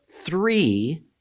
three